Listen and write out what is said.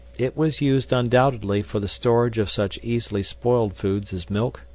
it was used, undoubtedly, for the storage of such easily spoiled foods as milk,